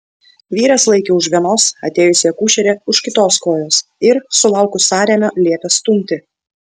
vyras laikė už vienos atėjusi akušerė už kitos kojos ir sulaukus sąrėmio liepė stumti